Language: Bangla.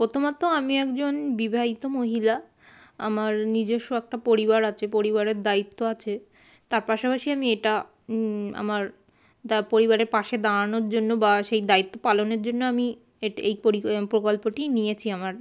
প্রথমত আমি একজন বিবাহিত মহিলা আমার নিজস্ব একটা পরিবার আছে পরিবারের দায়িত্ব আছে তার পাশাপাশি আমি এটা আমার পরিবারের পাশে দাঁড়ানোর জন্য বা সেই দায়িত্ব পালনের জন্য আমি এটা এই প্রকল্পটি নিয়েছি আমার